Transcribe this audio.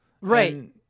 Right